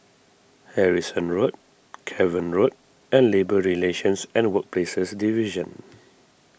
Harrison Road Cavan Road and Labour Relations and Workplaces Division